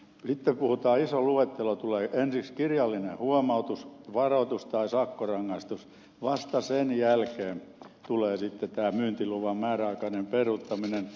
sitten tulee iso luettelo ensiksi kirjallinen huomautus varoitus tai sakkorangaistus ja vasta sen jälkeen tulee tämä myyntiluvan määräaikainen peruuttaminen